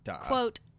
quote